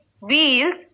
wheels